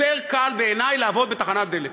יותר קל בעיני לעבוד בתחנת דלק,